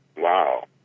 Wow